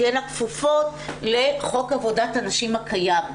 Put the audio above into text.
תהיינה כפופות לחוק עבודת הנשים הקיים.